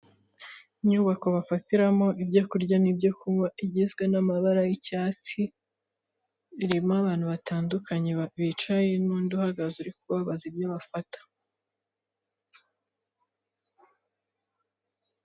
Inyubako bafatiramo ibyo kurya n'ibyo kunywa igizwe n'amabara y'icyatsi irimo abantu batandukanye bicaye n'undi uhagaze urimo kubabaza ibyo bafata.